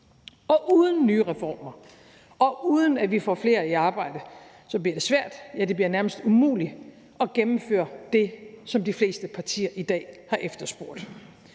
Uden nye reformer, og uden at vi får flere i arbejde, bliver det svært, ja, det bliver nærmest umuligt at gennemføre det, som de fleste partier i dag har efterspurgt.